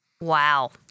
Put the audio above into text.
Wow